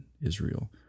Israel